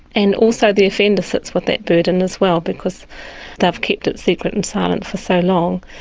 and also the offender sits with that burden as well because they have kept it secret and silent for so long.